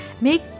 make